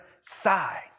side